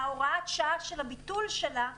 הוראת השעה של הביטול שלה,